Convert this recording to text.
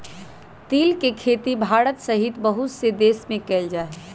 तिल के खेती भारत सहित बहुत से देश में कइल जाहई